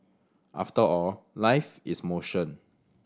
after all life is motion